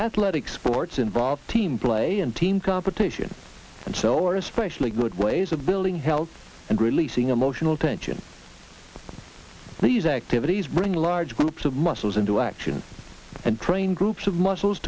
athletic sports involve team play and team competition and so are especially good ways of building health and releasing emotional tension these activities bring large groups of muscles into action and train groups of muscles